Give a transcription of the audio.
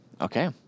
Okay